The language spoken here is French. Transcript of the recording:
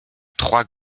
trois